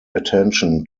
attention